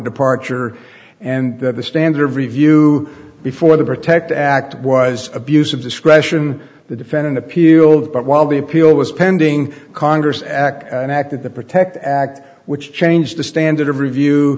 departure and the standard of review before the protect act was abuse of discretion the defendant appealed but while the appeal was pending congress act and acted the protect act which changed the standard of review